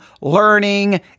learning